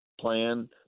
plan